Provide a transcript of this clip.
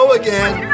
again